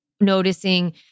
noticing